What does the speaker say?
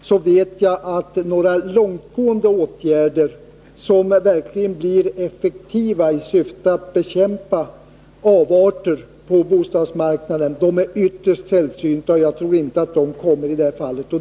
Jag vet att långtgående åtgärder, som verkligen kan vara effektiva i syfte att bekämpa avarter på bostadsmarknaden, är ytterst sällsynta. Och jag tror inte att det kommer i detta fall heller.